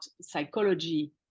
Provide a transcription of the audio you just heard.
psychology